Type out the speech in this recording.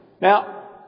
Now